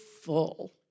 full